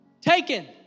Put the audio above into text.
taken